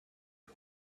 you